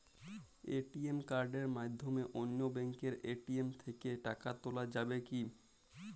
ATM কার্ডের মাধ্যমে অন্য ব্যাঙ্কের এ.টি.এম থেকে টাকা তোলা যাবে কি?